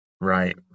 right